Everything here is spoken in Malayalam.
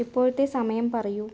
ഇപ്പോഴത്തെ സമയം പറയൂ